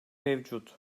mevcut